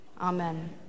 amen